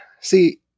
See